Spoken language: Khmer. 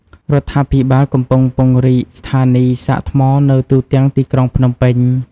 រដ្ឋាភិបាលកំពុងពង្រីកស្ថានីយ៍សាកថ្ម នៅទូទាំងទីក្រុងភ្នំពេញ។